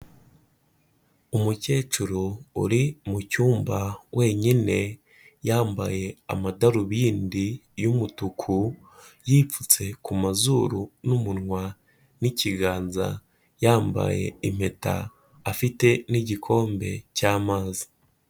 Umukecuru uri mu cyumba wenyine yambaye amadarubindi y'umutuku, yipfutse ku mazuru n'umunwa n'ikiganza, yambaye impeta afite n'igikombe cy'amazi.